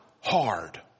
hard